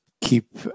keep